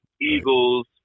Eagles